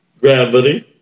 gravity